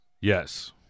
Yes